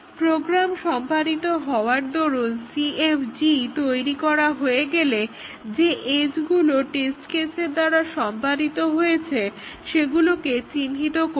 programme সম্পাদিত হওয়ার দরুন CFG তৈরি করা হয়ে গেলে যে এজগুলো টেস্ট কেসগুলোর দ্বারা সম্পাদিত হয়েছে সেগুলোকে চিহ্নিত করি